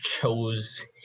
chose